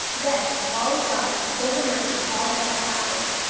then wali dad told the merchant all that had happened.